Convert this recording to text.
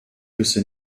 wüsste